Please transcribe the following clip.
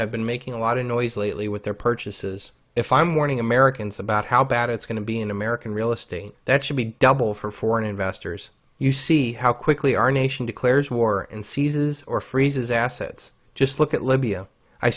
have been making a lot of noise lately with their purchases if i'm warning americans about how bad it's going to be in american real estate that should be double for foreign investors you see how quickly our nation declares war in seizes or freezes assets just look at libya i